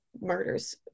murders